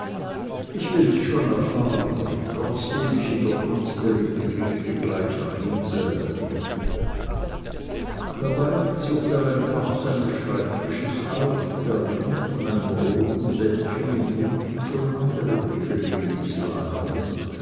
ich will's schon erfahren trotzdem ich in der kunst der intrige gleich nach ihm selber komme dabei zog er ein fach seines schreibtisches auf darin von einem roten bändchen umwunden schon andere briefe lenens lagen